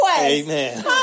Amen